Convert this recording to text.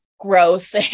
gross